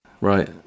right